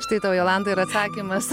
štai tau jolanta ir atsakymas